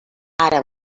ara